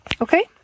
Okay